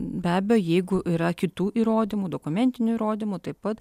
be abejo jeigu yra kitų įrodymų dokumentinių įrodymų taip pat